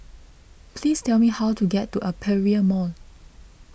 please tell me how to get to Aperia Mall